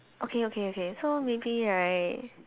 okay okay okay so maybe right